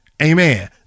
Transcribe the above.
Amen